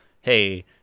hey